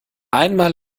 einmal